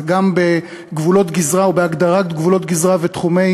זה גם בגבולות גזרה ובהגדרת גבולות גזרה ותחומי